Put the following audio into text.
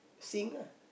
sing ah